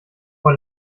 vor